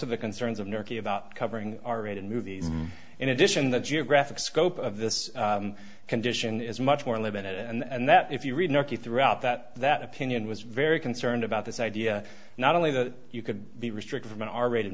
of the concerns of murky about covering r rated movies in addition the geographic scope of this condition is much more limited and that if you read narky throughout that that opinion was very concerned about this idea not only that you could be restricted from an r rated